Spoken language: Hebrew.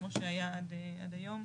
כמו שהיה עד היום.